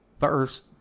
first